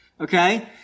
okay